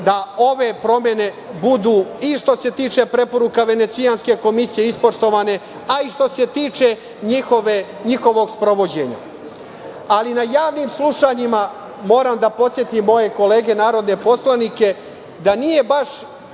da ove promene budu i što se tiče preporuka Venecijanske komisije ispoštovane, a i što se tiče njihovog sprovođenja. Ali, na javnim slušanjima, moram da podsetim moje kolege narodne poslanike, da nije bilo